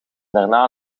daarna